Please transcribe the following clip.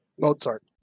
Mozart